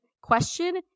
question